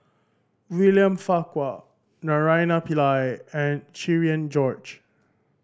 William Farquhar Naraina Pillai and Cherian George